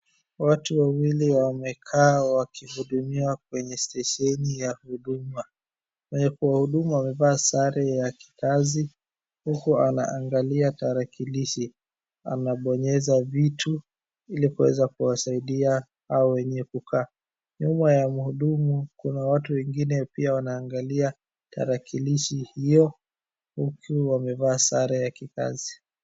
Watu wawili wamekaa wakihudumiwa kwenye stasheni ya huduma wenye kuwahudumu wamevaa sare ya kikaza huku anaangalia tarakilishi, anabonyeza vitu ili kuweza kuwasaidia hao wenye kukaa. Nyuma ya mhudumu kuna watu wengine pia wanaangalia tarakilishi hiyo wakiwa wamevaa sare ya kikaza.